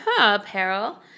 apparel